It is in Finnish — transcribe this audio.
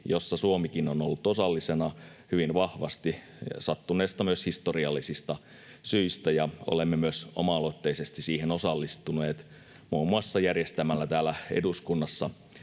jossa Suomikin on ollut osallisena hyvin vahvasti myös sattuneista historiallisista syistä. Ja olemme myös oma-aloitteisesti siihen osallistuneet muun muassa järjestämällä täällä eduskunnassa